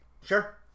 Sure